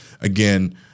again